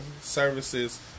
services